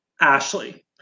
Ashley